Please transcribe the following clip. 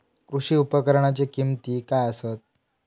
कृषी उपकरणाची किमती काय आसत?